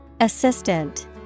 Assistant